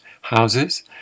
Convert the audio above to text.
houses